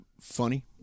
funny